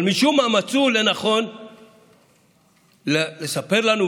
אבל משום מה מצאו לנכון לספר לנו,